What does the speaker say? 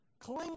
Cling